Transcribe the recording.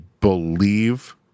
believe